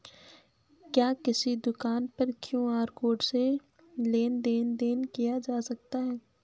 क्या किसी दुकान पर क्यू.आर कोड से लेन देन देन किया जा सकता है?